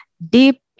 deep